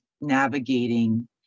navigating